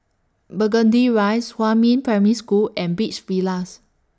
Burgundy Rise Huamin Primary School and Beach Villas